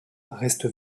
reste